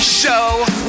show